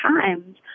times